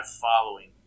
following